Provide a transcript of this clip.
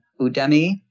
Udemy